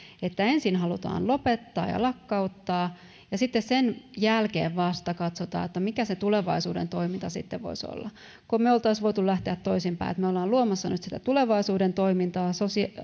että ensin halutaan lopettaa ja lakkauttaa ja sitten sen jälkeen vasta katsotaan mikä se tulevaisuuden toiminta sitten voisi olla kun me olisimme voineet lähteä toisinpäin että me olemme luomassa nyt sitä tulevaisuuden toimintaa